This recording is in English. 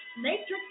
Matrix